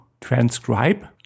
transcribe